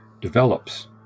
develops